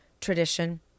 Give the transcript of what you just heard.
tradition